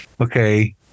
Okay